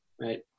right